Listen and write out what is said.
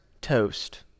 Toast